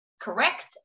correct